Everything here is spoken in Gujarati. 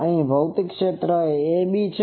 અહી ભૌતિક ક્ષેત્ર એ ab છે